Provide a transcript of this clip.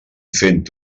fent